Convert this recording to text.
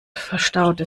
verstaute